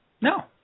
No